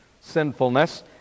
sinfulness